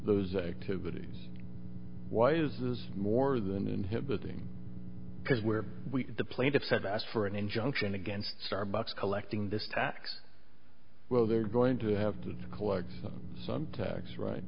those activities why is this more than inhibiting because where the plaintiffs have asked for an injunction against starbucks collecting this tax well they're going to have to collect some tax ri